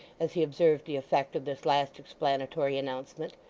as he observed the effect of this last explanatory announcement,